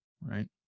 Right